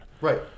Right